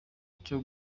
cyo